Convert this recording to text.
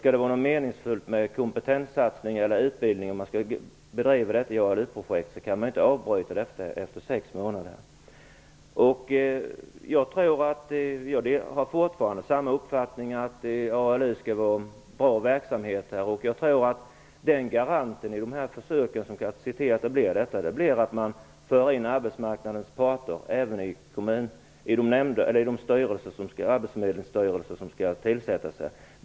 Skall det vara meningsfullt med kompetenssatsning och utbildning bedriven i ALU-projekt kan man inte avbryta verksamheten efter 6 månader. Jag har fortfarande samma uppfattning att ALU skall vara bra verksamhet. Jag tror att det som kan garantera att det blir så i försöken är att man för in arbetsmarknadens parter, även i de arbetsförmedlingsstyrelser som skall tillsättas.